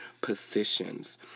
positions